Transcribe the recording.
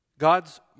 God's